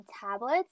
tablets